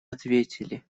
ответили